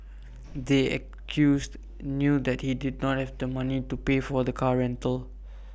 the accused knew that he did not have the money to pay for the car rental